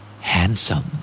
Handsome